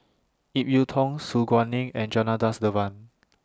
Ip Yiu Tung Su Guaning and Janadas Devan